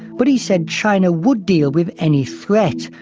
but he said china would deal with any threat.